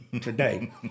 today